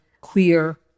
queer